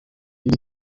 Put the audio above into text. indi